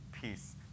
peace